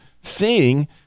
seeing